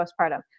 postpartum